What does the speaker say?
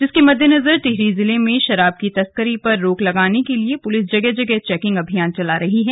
जिसके मद्देनजर टिहरी जिले में शराब की तस्करी पर रोक लगाने के लिए पुलिस जगह जगह चेकिंग अभियान चला रही है